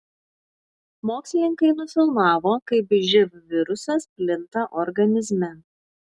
mokslininkai nufilmavo kaip živ virusas plinta organizme